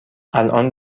الآن